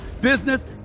business